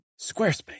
Squarespace